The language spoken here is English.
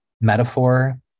metaphor